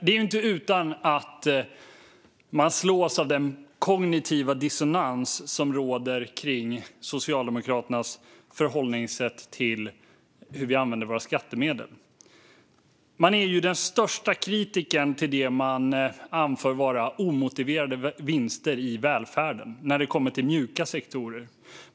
Det är inte utan att man slås av den kognitiva dissonans som råder kring Socialdemokraternas förhållningssätt till hur vi använder våra skattemedel. Man är den största kritikern till det man anför vara omotiverade vinster i välfärden när det kommer till mjuka sektorer.